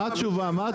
מה התשובה?